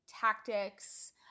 tactics